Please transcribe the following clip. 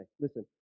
Listen